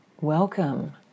Welcome